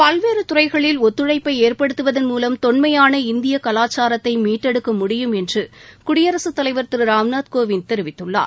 பல்வேறு துறைகளில் ஒத்துழைப்பை ஏற்படுத்துவதன் மூலம் தொண்மையான இந்திய கவாச்சாரத்தை மீட்டெடுக்க முடியும் என்று குடியரசு தலைவர் திரு ராம் நாத் கோவிந்த் தெரிவித்துள்ளார்